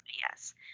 yes